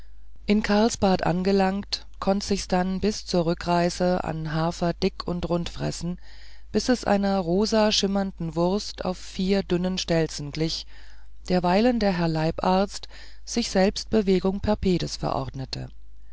in karlsbad angelangt konnte sich's dann bis zur rückreise an hafer dick und rund fressen bis es einer rosabschimmernden wurst auf vier dünnen stelzbeinen glich derweilen der herr leibarzt sich selbst bewegung per pedes verordnete